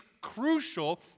crucial